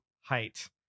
height